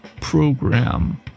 program